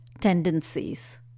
tendencies